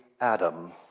Adam